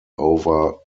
over